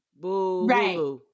right